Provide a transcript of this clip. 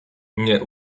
nie